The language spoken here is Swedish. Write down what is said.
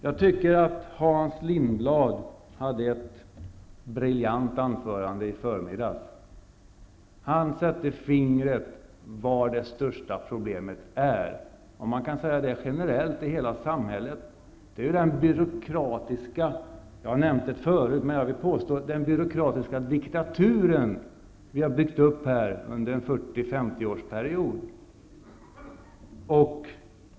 Jag tycker att Hans Lindblad höll ett briljant anförande i förmiddags. Han sätter fingret på det största problemet. Man kan säga -- jag har nämnt det förut -- att det generellt i hela samhället är den byråkratiska diktaturen som vi har byggt upp under en 40--50-årsperiod.